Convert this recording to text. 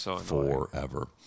forever